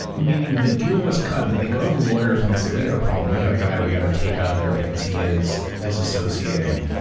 meaning that the deal was cut, that they go to the lawyers and they say, we got a problem. we got a guy we got to take out there because he is disassociating.